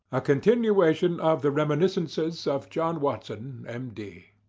a continuation of the reminiscences of john watson, m d.